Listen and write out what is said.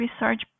research